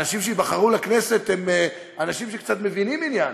אנשים שייבחרו לכנסת הם אנשים שקצת מבינים עניין,